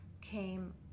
Came